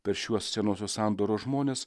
per šiuos senosios sandoros žmones